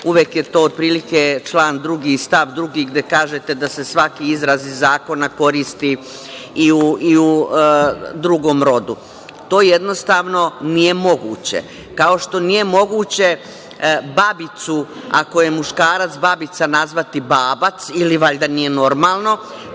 uvek je to otprilike član 2. stav 2. gde kažete da se svaki izraz iz zakona koristi i u drugom rodu. To jednostavno nije moguće, kao što nije moguće babicu, ako je muškarac babica nazvati babac ili valjda nije normalno,